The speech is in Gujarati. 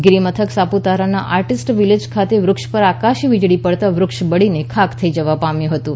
ગિરિમથક સાપુતારાના આર્ટિસ્ટ વિલેજ ખાતે વૃક્ષ પર આકાશી વીજળી પડતા વૃક્ષ બળીને ખાખ થઈ જવા પામ્યું હતું